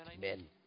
men